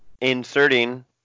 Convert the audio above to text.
inserting